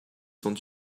sont